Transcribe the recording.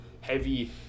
heavy